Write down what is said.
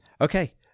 okay